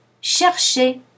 Chercher